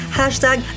hashtag